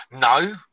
No